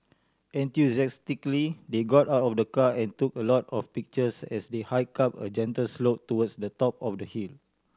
enthusiastically they got out of the car and took a lot of pictures as they hike up a gentle slope towards the top of the hill